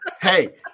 Hey